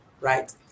right